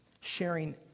sharing